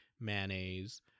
mayonnaise